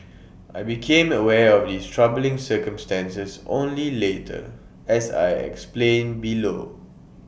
I became aware of these troubling circumstances only later as I explain below